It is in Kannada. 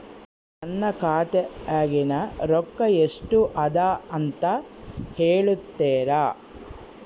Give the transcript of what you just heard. ನನ್ನ ಖಾತೆಯಾಗಿನ ರೊಕ್ಕ ಎಷ್ಟು ಅದಾ ಅಂತಾ ಹೇಳುತ್ತೇರಾ?